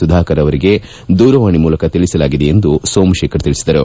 ಸುಧಾಕರ್ ಅವರಿಗೆ ದೂರವಾಣಿ ಮೂಲಕ ತಿಳಿಸಲಾಗಿದೆ ಎಂದು ಸೋಮಶೇಖರ್ ತಿಳಿಸಿದರು